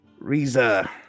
Riza